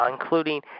including